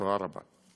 תודה רבה.